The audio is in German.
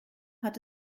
hat